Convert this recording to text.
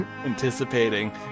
anticipating